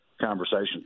conversation